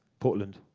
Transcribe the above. portland.